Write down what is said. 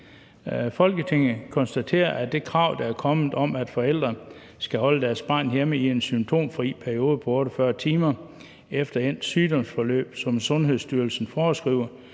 »Folketinget konstaterer, at det krav, der er kommet, om, at forældre skal holde deres barn hjemme i en symptomfri periode på 48 timer efter endt sygdomsforløb, som Sundhedsstyrelsen foreskriver,